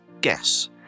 guess